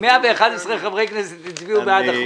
111 חברי כנסת הצביעו בעד החוק.